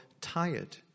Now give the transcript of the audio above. tired